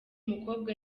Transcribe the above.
mukobwa